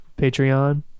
patreon